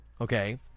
okay